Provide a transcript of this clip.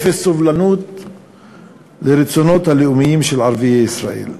אפס סובלנות לרצונות הלאומיים של ערביי ישראל.